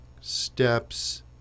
steps